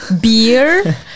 beer